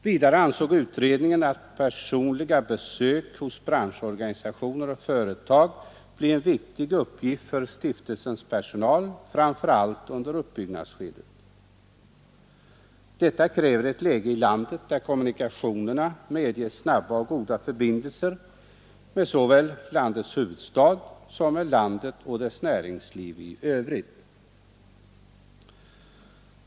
Vidare ansåg utredningen att personliga besök hos branschorganisationer och företag blir en viktig uppgift för stiftelsens personal, framför allt under uppbyggnadsskedet. Detta kräver ett läge för industricentrastiftelsen, där kommunikationerna medger snabba och goda förbindelser såväl med huvudstaden som med landet och dess näringsliv i övrigt.